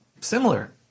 similar